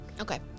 okay